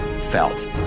felt